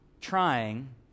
trying